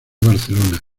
barcelona